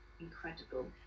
incredible